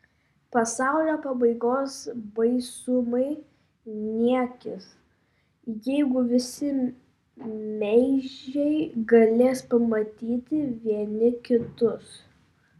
pasaulio pabaigos baisumai niekis jeigu visi meižiai galės pamatyti vieni kitus